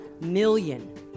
million